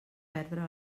perdre